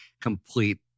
complete